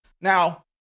Now